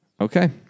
Okay